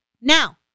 Now